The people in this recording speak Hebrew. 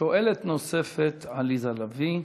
שואלת נוספת, עליזה לביא.